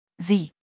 Sie